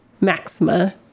Maxima